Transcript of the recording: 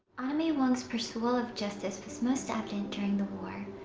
may wong's perusal of justice was most evident during the war.